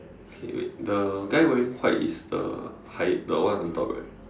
K wait the guy wearing white is the high the one on top right